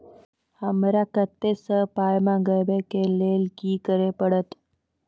हमरा कतौ सअ पाय मंगावै कऽ लेल की करे पड़त?